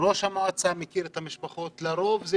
ראש המועצה מכיר את המשפחות ולרוב אלה